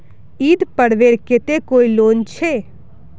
ईद पर्वेर केते कोई लोन छे?